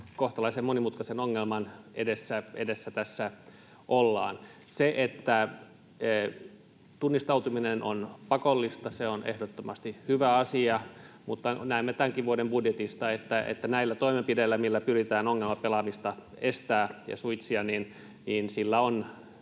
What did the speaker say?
kohtalaisen monimutkaisen ongelman edessä tässä ollaan. Se, että tunnistautuminen on pakollista, on ehdottomasti hyvä asia, mutta näemme tämänkin vuoden budjetista, että näillä toimenpiteillä, millä pyritään ongelmapelaamista estämään ja suitsimaan, on